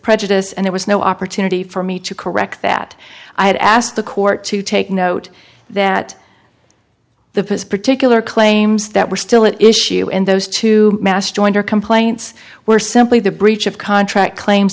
prejudice and there was no opportunity for me to correct that i had asked the court to take note that the particular claims that were still at issue in those two mass jointer complaints were simply the breach of contract claims